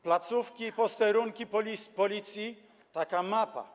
Placówki, posterunki Policji - taka mapa.